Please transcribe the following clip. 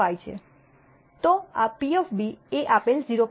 તો આ P A આપેલ 0